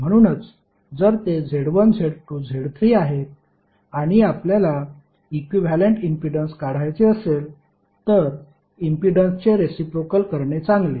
म्हणूनच जर ते Z1 Z2 Z3 आहेत आणि आपल्याला इक्विव्हॅलेंट इम्पीडन्स काढायचे असेल तर इम्पीडन्सचे रेसिप्रोकेल करणे चांगले